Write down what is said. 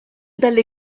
dalle